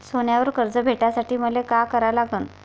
सोन्यावर कर्ज भेटासाठी मले का करा लागन?